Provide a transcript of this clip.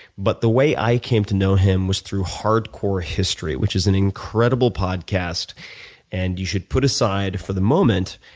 but the way i came to know him is through hardcore history, which is an incredible podcast and you should put aside, for the moment,